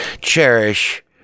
cherish